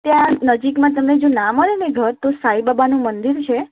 ત્યાં નજીકમાં તમને જો ના મળે ને ઘર તો સાઈ બાબાનું મંદિર છે